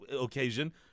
occasion